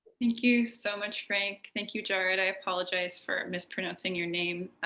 thank you so much, frank. thank you, jard. i apologize for mispronouncing your name.